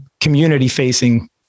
community-facing